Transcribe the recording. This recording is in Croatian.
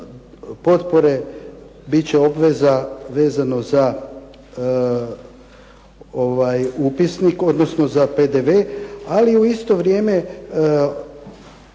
potpore bit će obveza vezano za upisnik odnosno za PDV ali u isto vrijeme